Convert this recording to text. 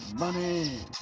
money